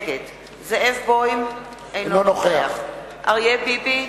נגד זאב בוים, אינו נוכח אריה ביבי,